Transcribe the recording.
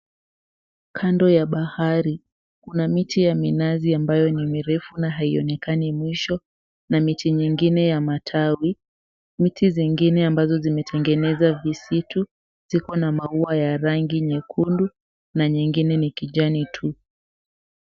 Kando ya bahari kuna miti mirefu ya minazi isiyoonekana mwisho, pamoja na miti mingine yenye matawi. Baadhi ya miti hiyo imetengeneza visitu na ina maua ya rangi nyekundu, huku mingine ikiwa na majani ya kijani tu.